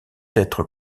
être